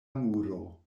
muro